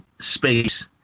space